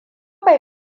bai